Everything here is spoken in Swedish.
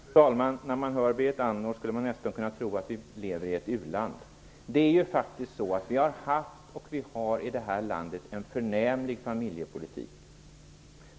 Fru talman! När man hör Berit Andnor skulle man nästan kunna tro att vi lever i ett u-land. Vi har haft, och vi har, i det här landet en förnämlig familjepolitik.